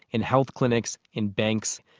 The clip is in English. in health clinics, in banks,